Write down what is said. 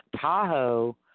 Tahoe